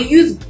use